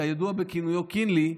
הידוע בכינויו קינלי,